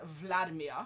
vladimir